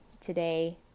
today